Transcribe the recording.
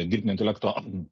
dirbtinio intelekto